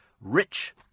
rich